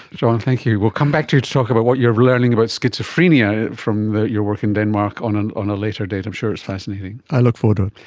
john, thank you. we will come back to you to talk about what you are learning about schizophrenia from your work in denmark on and on a later date. i'm sure it's fascinating. i look forward to it.